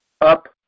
Up